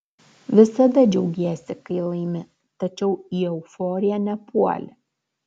visada džiaugiesi kai laimi tačiau į euforiją nepuoli